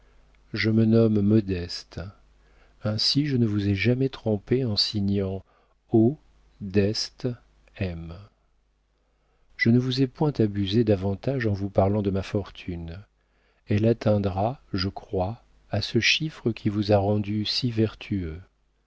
je me nomme modeste ainsi je ne vous ai jamais trompé en signant o deste m je ne vous ai point abusé davantage en vous parlant de ma fortune elle atteindra je crois à ce chiffre qui vous a rendu si vertueux